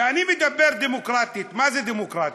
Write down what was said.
כשאני אומר דמוקרטית, מה זה דמוקרטיה?